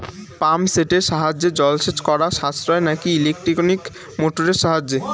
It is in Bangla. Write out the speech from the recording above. পাম্প সেটের সাহায্যে জলসেচ করা সাশ্রয় নাকি ইলেকট্রনিক মোটরের সাহায্যে?